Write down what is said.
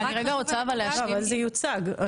אבל זה יוצג.